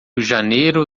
janeiro